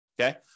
Okay